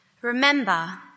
Remember